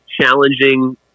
challenging